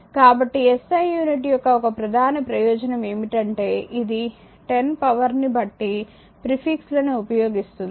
కాబట్టి SI unit యొక్క ఒక ప్రధాన ప్రయోజనం ఏమిటంటే ఇది 10 పవర్ ని బట్టి ప్రిఫిక్ లని ఉపయోగిస్తుంది